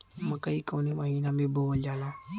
मकई कवने महीना में बोवल जाला?